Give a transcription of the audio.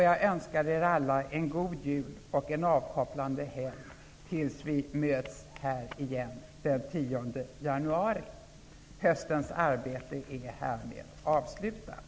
Jag önskar er alla en god jul och en avkopplande helg tills vi möts vi här igen den 10 januari. Höstens arbete är härmed avslutat.